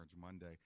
Monday